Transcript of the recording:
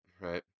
Right